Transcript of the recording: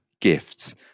gifts